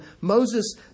Moses